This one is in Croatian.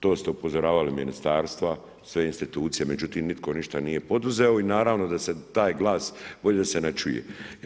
To ste upozoravali ministarstva, sve institucije, međutim nitko ništa nije poduzeo i naravno da se taj glas bolje da se ne čuje.